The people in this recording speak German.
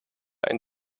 ein